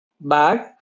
bag